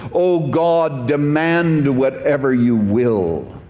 oh, god, demand whatever you will,